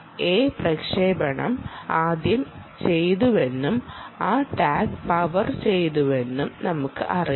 A പ്രക്ഷേപണം ആദ്യം ചെയ്തുവെന്നും ആ ടാഗ് പവർ ചെയ്തുവെന്നും നമുക്ക് പറയാം